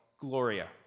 gloria